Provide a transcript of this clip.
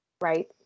Right